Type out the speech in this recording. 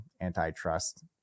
antitrust